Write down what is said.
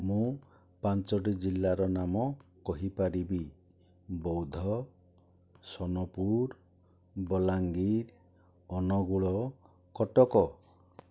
ମୁଁ ପାଞ୍ଚୋଟି ଜିଲ୍ଲାର ନାମ କହିପାରିବି ବୌଦ୍ଧ ସୋନପୁର ବଲାଙ୍ଗୀର ଅନୁଗୁଳ କଟକ